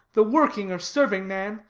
the working or serving man,